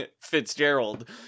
Fitzgerald